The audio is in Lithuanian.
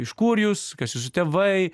iš kur jūs kas jūsų tėvai